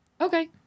Okay